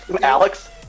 Alex